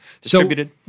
distributed